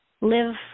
live